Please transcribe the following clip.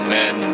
men